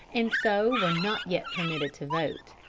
and so were not yet permitted to vote.